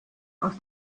aus